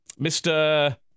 Mr